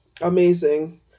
Amazing